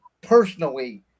personally